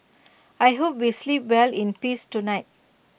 I hope we sleep well in peace tonight